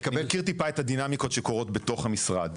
מכיר טיפה את הדינמיקות שקורות בתוך המשרד.